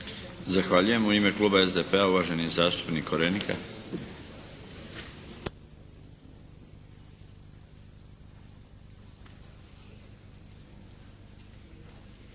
Zahvaljujem. U ime kluba SDP-a, uvaženi zastupnik Korenika.